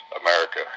America